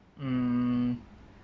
mm